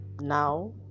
now